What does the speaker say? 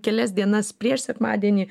kelias dienas prieš sekmadienį